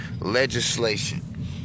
legislation